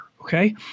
okay